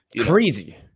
crazy